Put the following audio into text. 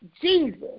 Jesus